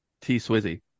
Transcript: T-Swizzy